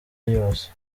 yose